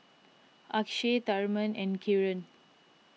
Akshay Tharman and Kiran